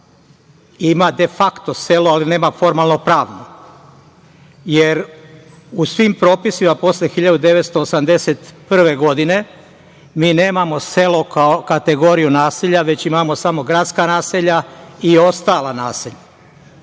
ima de fakto selo, ali nema formalno-pravno, jer u svim propisima posle 1981. godine mi nemamo selo kao kategoriju naselja, već imamo samo gradska naselja i ostala naselja.